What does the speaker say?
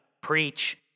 Preach